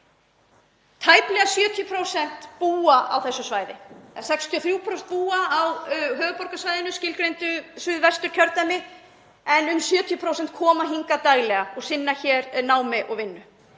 Tæplega 70% búa á þessu svæði. 63% búa á höfuðborgarsvæðinu, skilgreindu Suðvesturkjördæmi, en um 70% koma hingað daglega og sinna hér námi og vinnu.